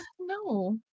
no